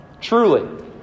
Truly